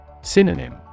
Synonym